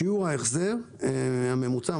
שיעור ההחזר הממוצע,